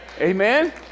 Amen